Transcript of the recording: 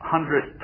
hundred